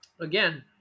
again